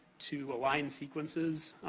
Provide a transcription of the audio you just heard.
to align sequences.